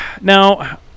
Now